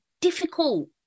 difficult